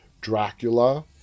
Dracula